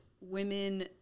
women